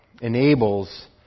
enables